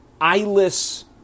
eyeless